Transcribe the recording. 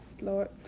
Lord